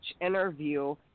interview